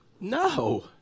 No